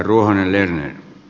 arvoisa puhemies